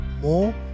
more